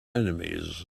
enemies